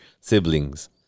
siblings